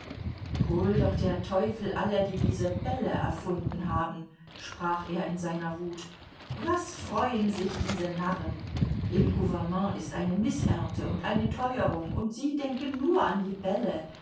hol doch der teufel alle die diese bälle erfunden haben sprach er in seiner wut was freuen sich diese narren im gouvernement ist eine mißernte und eine teuerung und sie denken nur an die bälle